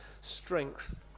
strength